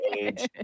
age